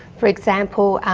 for example,